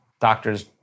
Doctors